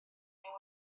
menyw